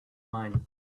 mine